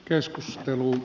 keskusteluun